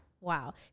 wow